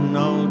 no